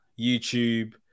YouTube